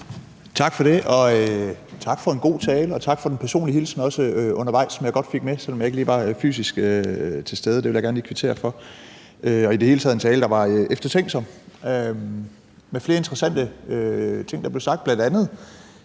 Tak for det, og tak for en god tale, og også tak for den personlige hilsen undervejs, som jeg fik med, selv om jeg ikke lige var fysisk til stede. Det vil jeg gerne lige kvittere for. Det var i det hele taget en tale, som var eftertænksom, og der blev sagt flere interessante ting, bl.a. det